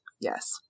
Yes